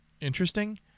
interesting